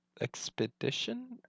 expedition